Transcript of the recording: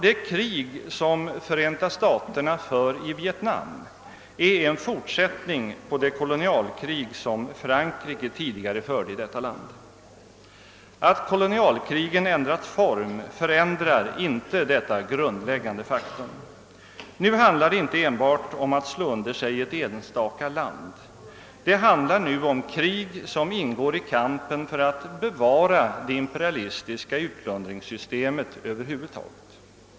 Det krig som Förenta staterna för i Vietnam är en fortsättning på det kolonialkrig som Frankrike tidigare förde i detta land. Att kolonialkrigen ändrat form förändrar inte detta grundläggande faktum. Nu handlar det inte enbart om att slå under sig ett enstaka land, utan om krig som ingår i kampen för att bevara det imperialistiska utplundringssystemet över huvud taget.